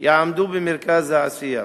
יעמדו במרכז העשייה,